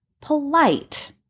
polite